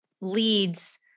leads